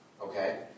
Okay